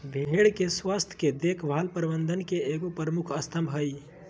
भेड़ के स्वास्थ के देख भाल प्रबंधन के एगो प्रमुख स्तम्भ हइ